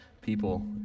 People